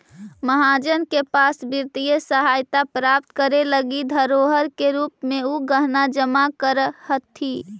महाजन के पास वित्तीय सहायता प्राप्त करे लगी धरोहर के रूप में उ गहना जमा करऽ हथि